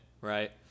right